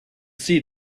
see